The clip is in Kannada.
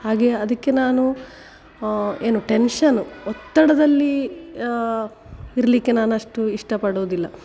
ಹಾಗೆ ಅದಕ್ಕೆ ನಾನು ಏನು ಟೆನ್ಶನು ಒತ್ತಡದಲ್ಲಿ ಇರಲಿಕ್ಕೆ ನಾನು ಅಷ್ಟು ಇಷ್ಟಪಡುವುದಿಲ್ಲ